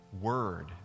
word